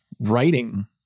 writing